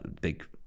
Big